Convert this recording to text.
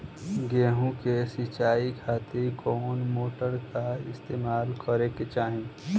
गेहूं के सिंचाई खातिर कौन मोटर का इस्तेमाल करे के चाहीं?